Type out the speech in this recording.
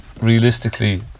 realistically